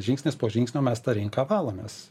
žingsnis po žingsnio mes tą rinką valomės